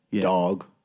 dog